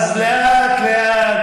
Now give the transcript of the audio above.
אז לאט-לאט,